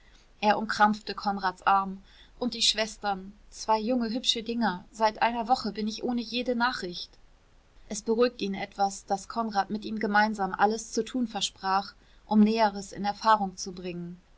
er umkrampfte konrads arm und die schwestern zwei junge hübsche dinger seit einer woche bin ich ohne jede nachricht es beruhigte ihn etwas daß konrad mit ihm gemeinsam alles zu tun versprach um näheres in erfahrung zu bringen